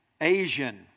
Asian